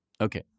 Okay